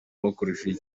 bakoresheje